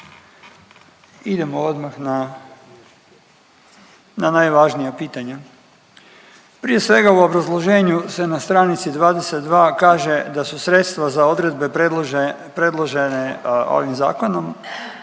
Idemo odmah na, na najvažnija pitanja. Prije svega, u obrazloženju se na stranici 22 kaže da su sredstva za odredbe predložene ovim Zakonom,